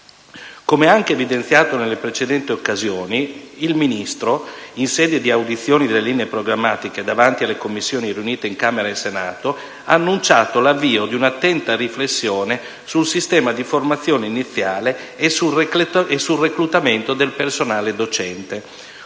Come anche evidenziato nelle precedenti occasioni, il Ministro, in sede di audizione sulle linee programmatiche davanti alle Commissioni riunite di Camera e Senato, ha annunciato l'avvio di un'attenta riflessione sul sistema dì formazione iniziale e sul reclutamento del personale docente.